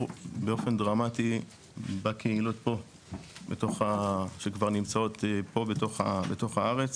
באופן דרמטי בשיפור בקהילות כאן שכבר נמצאות בארץ.